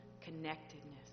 connectedness